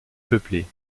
peuplée